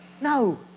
No